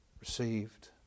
received